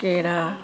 केरा